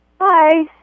Hi